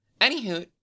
Anywho